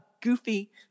goofy